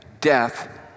Death